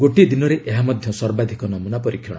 ଗୋଟିଏ ଦିନରେ ଏହା ମଧ୍ୟ ସର୍ବାଧିକ ନମୁନା ପରୀକ୍ଷଣ